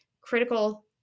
critical